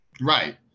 Right